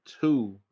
two